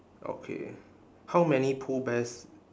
okay how many pooh bears